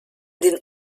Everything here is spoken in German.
den